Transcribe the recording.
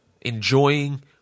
enjoying